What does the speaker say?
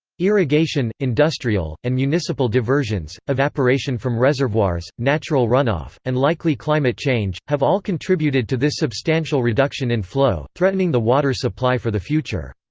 irrigation, industrial, and municipal diversions, evaporation from reservoirs, natural runoff, and likely climate change, have all contributed to this substantial reduction in flow, threatening the water supply for the future.